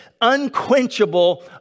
unquenchable